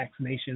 vaccinations